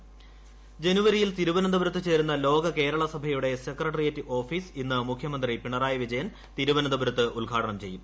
ലോക കേരള സഭ ജനുവരിയിൽ തിരുവനന്തപുരത്ത് ചേരുന്ന ലോക കേരള സഭയുടെ സെക്രട്ടേറിയറ്റ് ഓഫീസ് ഇന്ന് മുഖ്യമന്ത്രി പിണറായി വിജയൻ തിരുവനന്തപുരത്ത് ഉദ്ഘാടനം ചെയ്യും